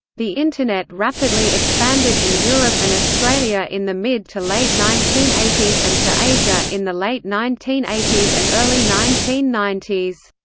the internet rapidly expanded in europe and australia in the mid to late nineteen eighty s and to asia in the late nineteen eighty s and early nineteen ninety s.